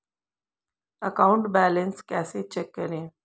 Account balance कैसे check करें?